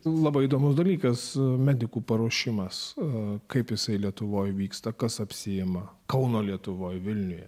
labai įdomus dalykas medikų paruošimas o kaip jisai lietuvoje vyksta kas apsiima kauno lietuvoje vilniuje